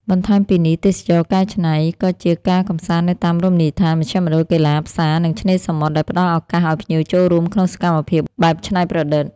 បន្ថែមពីនេះ ទេសចរណ៍កែច្នៃ ក៏ជាការកំសាន្តនៅតាមរមណីយដ្ឋាន មជ្ឈមណ្ឌលកីឡា ផ្សារ និងឆ្នេរសមុទ្រ ដែលផ្តល់ឱកាសឲ្យភ្ញៀវចូលរួមក្នុងសកម្មភាពបែបច្នៃប្រឌិត។